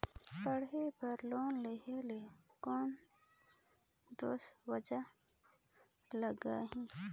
पढ़े बर लोन लहे ले कौन दस्तावेज लगही?